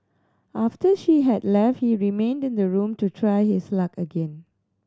after she had left he remained in the room to try his luck again